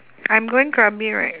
I'm going krabi right